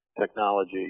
technology